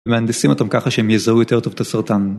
מהנדסים אותם ככה שהם יזהו יותר טוב את הסרטן.